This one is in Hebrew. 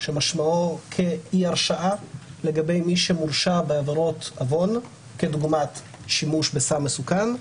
שמשמעו כאי-הרשעה לגבי מי שמורשע בעבירות עוון כדוגמת שימוש בסם מסוכן,